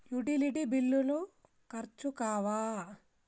Utility బిల్లులు ఖర్చు కావా?